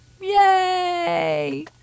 yay